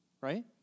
right